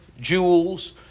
jewels